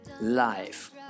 Life